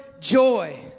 joy